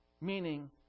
Meaning